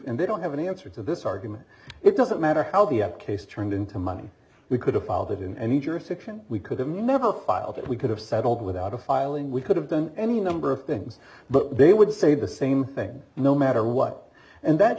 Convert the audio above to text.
and they don't have an answer to this argument it doesn't matter how the case turned into money we could have filed it in any jurisdiction we could have never filed it we could have settled without a filing we could have done any number of things but they would say the same thing no matter what and that